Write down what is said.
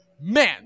man